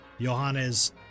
Johannes